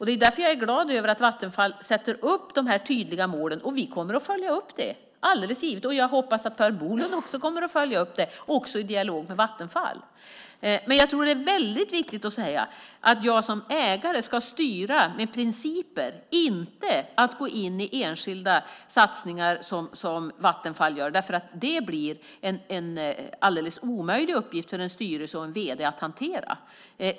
Det är därför som jag är glad över att Vattenfall sätter upp dessa tydliga mål, och vi kommer att följa upp det. Det är alldeles givet. Jag hoppas att Per Bolund också kommer att följa upp det, också i dialog med Vattenfall. Jag tror att det är väldigt viktigt att säga att jag som ägare ska styra med principer och inte gå in i enskilda satsningar som Vattenfall gör, därför att det blir en alldeles omöjlig uppgift för en styrelse och en vd att hantera.